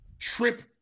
trip